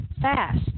fast